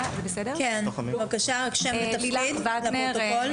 רק שם ותפקיד לפרוטוקול.